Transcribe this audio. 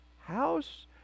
house